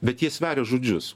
bet jie sveria žodžius